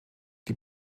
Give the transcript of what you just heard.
die